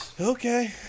Okay